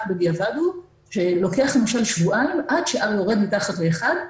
בדיעבד הוא שלוקח שבועיים עד ש-R יורד מתחת ל-1,